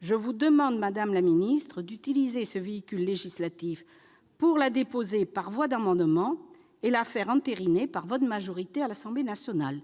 je vous demande, madame la secrétaire d'État, d'utiliser ce véhicule législatif pour la déposer par voie d'amendement et la faire entériner par votre majorité à l'Assemblée nationale.